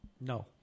no